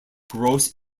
gross